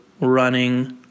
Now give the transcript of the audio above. running